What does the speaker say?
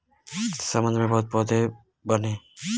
समुंदर में बहुते पौधा होत बाने